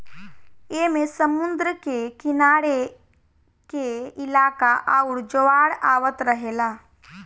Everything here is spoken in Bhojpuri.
ऐमे समुद्र के किनारे के इलाका आउर ज्वार आवत रहेला